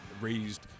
raised